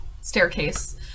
staircase